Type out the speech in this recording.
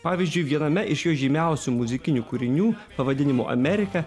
pavyzdžiui viename iš jo žymiausių muzikinių kūrinių pavadinimu amerika